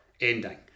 ending